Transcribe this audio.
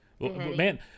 Man